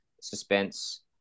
suspense